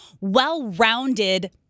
well-rounded